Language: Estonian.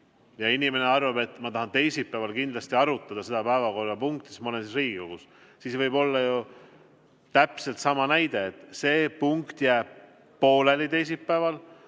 Kui inimene arvab, et ta tahab teisipäeval kindlasti arutada seda päevakorrapunkti, siis ta on Riigikogus. Võib olla ju täpselt sama näide, et see punkt jääb teisipäeval